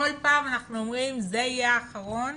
כל פעם אנחנו אומרים זה יהיה האחרון